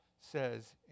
says